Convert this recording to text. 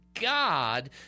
God